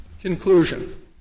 conclusion